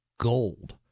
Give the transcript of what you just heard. gold